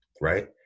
right